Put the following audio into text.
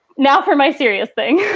now for my serious thing. yeah